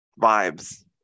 vibes